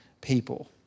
people